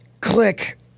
Click